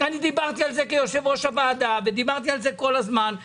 אני דיברתי על זה כיושב ראש הוועדה ודיברתי על זה כל הזמן.